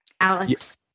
Alex